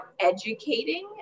educating